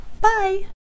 Bye